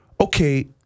okay